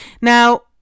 Now